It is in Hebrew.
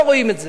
לא רואים את זה.